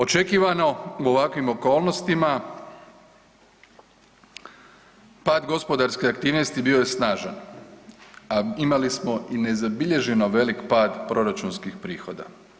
Očekivano u ovakvim okolnostima pad gospodarske aktivnosti bio je snažan, a imali smo i nezabilježeno velik pad proračunskih prihoda.